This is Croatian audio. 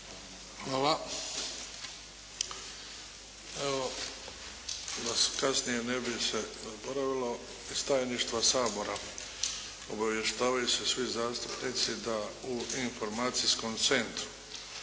Hvala. Evo, da se kasnije ne bi zaboravilo. Iz Tajništva Sabora obavještavaju se svi zastupnici da u Informacijskom centru,